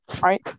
Right